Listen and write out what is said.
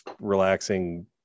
relaxing